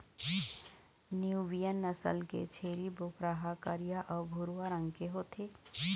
Nubian नसल के छेरी बोकरा ह करिया अउ भूरवा रंग के होथे